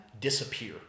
disappear